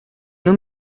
non